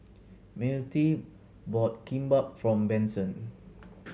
Myrtie bought Kimbap for Benson